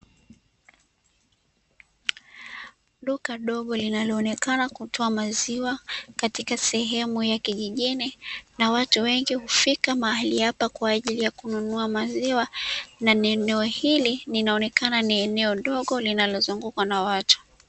Duka dogo linalooneka kutoa maziwa katika sehemu ya kijijini na watu wengi hufika mahali hapa kwa ajili ya kununua maziwa, na eneo hili linaonekana ni eneo dogo linalozungukwa na watu.